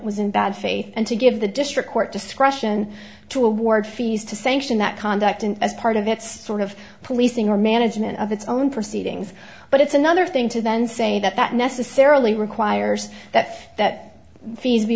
was in bad faith and to give the district court discretion to award fees to sanction that conduct in as part of its sort of policing or management of its own proceedings but it's another thing to then say that that necessarily requires that that fees